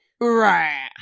Right